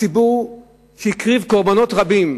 הציבור שהקריב קורבנות רבים,